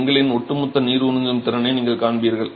செங்கலின் ஒட்டுமொத்த நீர் உறிஞ்சும் திறனை நீங்கள் காண்பீர்கள்